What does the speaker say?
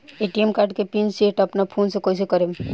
ATM card के pin set अपना phone से कइसे करेम?